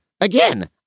Again